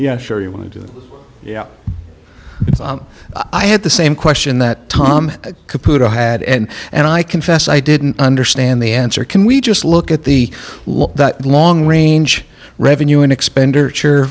isn't sure you want to do i had the same question that tom computer had and and i confess i didn't understand the answer can we just look at the law that long range revenue and expenditure